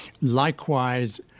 Likewise